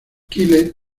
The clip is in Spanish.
kyle